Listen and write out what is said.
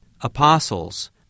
Apostles